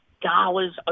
Dollars